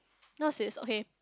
now she is okay